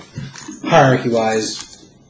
hierarchy-wise